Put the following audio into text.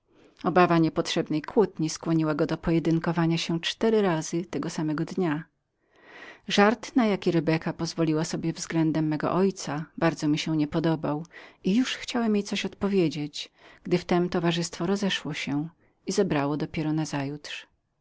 obawa niepotrzebnej kłótni skłoniła go do pojedynkowania się cztery razy tego samego dnia żart ten jaki rebeka pozwalała sobie względem mego ojca nieskończenie mi się niepodobał i już chciałem jej coś odpowiedzieć gdy w tem towarzystwo rozeszło się i zebrało dopiero